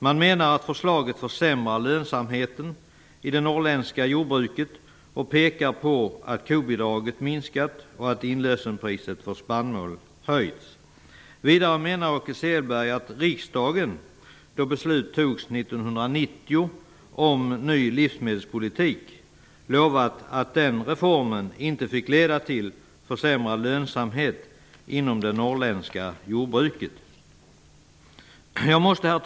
Man menar att förslaget försämrar lönsamheten i det norrländska jordbruket, och man pekar på att kobidraget har minskat och att inlösenpriset för spannmål har höjts. Vidare menar Åke Selberg att riksdagen, då beslut om ny livsmedelspolitik fattades 1990, lovade att den reformen inte fick leda till försämrad lönsamhet inom det norrländska jordbruket. Herr talman!